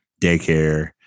daycare